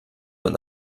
man